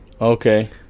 Okay